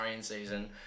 season